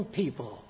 people